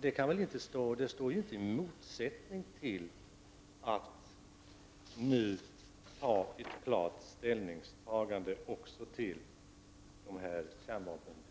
Detta står inte i någon motsättning till att nu klart ta ställning också i fråga om kärnvapenbestyckade ubåtar.